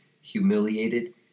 humiliated